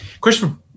question